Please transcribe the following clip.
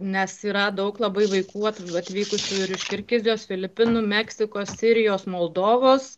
nes yra daug labai vaikų atv atvykusių ir iš kirgizijos filipinų meksikos sirijos moldovos